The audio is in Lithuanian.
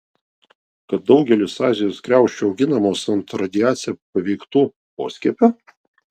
kad daugelis azijos kriaušių auginamos ant radiacija paveiktų poskiepių